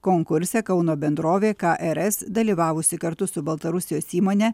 konkurse kauno bendrovė krs dalyvavusi kartu su baltarusijos įmone